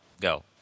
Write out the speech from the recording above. Go